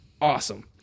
awesome